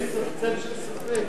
אין צל של ספק,